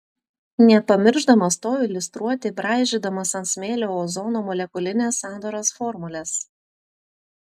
nepamiršdamas to iliustruoti braižydamas ant smėlio ozono molekulinės sandaros formules